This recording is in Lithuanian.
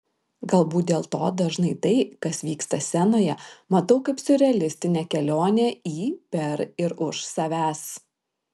galbūt dėl to dažnai tai kas vyksta scenoje matau kaip siurrealistinę kelionę į per ir už savęs